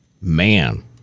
Man